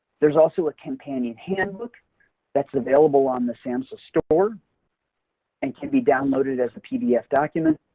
there's also a companion handbook that's available on the samhsa store and can be downloaded as a pdf document.